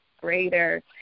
greater